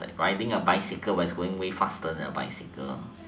like riding a bicycle when it's going way faster than a bicycle